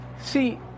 See